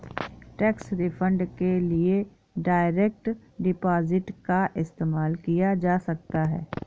tax refund के लिए direct deposit का इस्तेमाल किया जा सकता हैं